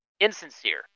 insincere